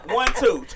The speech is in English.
one-two